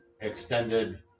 extended